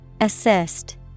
Assist